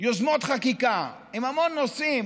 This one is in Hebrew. יוזמות חקיקה, עם המון נושאים.